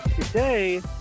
Today